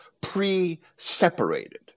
pre-separated